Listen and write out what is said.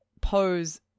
pose